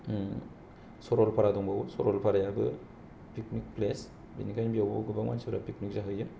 सरलफारा दंबावो सरलफारायाबो फिकनिक प्लेस बिनिखायनो बावबो गोबां मानसि फोरा फिकनिक जाहैयो